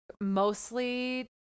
mostly